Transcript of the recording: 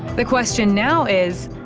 the question now is,